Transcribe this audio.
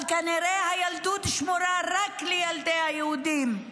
אבל כנראה הילדות שמורה רק לילדי היהודים.